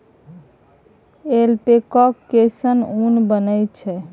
ऐल्पैकाक केससँ ऊन बनैत छै